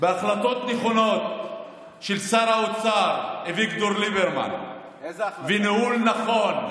בהחלטות נכונות של שר האוצר אביגדור ליברמן וניהול נכון,